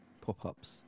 pop-ups